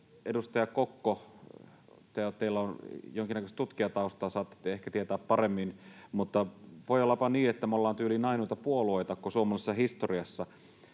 edustaja Kokko, teillä on jonkinnäköistä tutkijataustaa, saatatte ehkä tietää paremmin — voi olla jopa niin, että me ollaan koko suomalaisessa historiassa